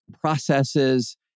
processes